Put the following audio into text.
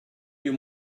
you